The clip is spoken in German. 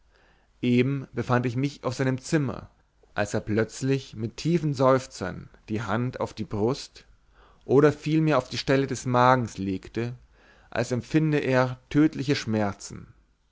eben befand ich mich auf seinem zimmer als er plötzlich mit tiefen seufzern die hand auf die brust oder vielmehr auf die stelle des magens legte als empfinde er tödliche schmerzen